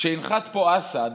כשינחת פה אסד,